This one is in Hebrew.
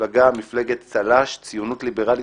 לפי סעיף 10 לתקנון הכנסת,